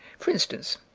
for instance,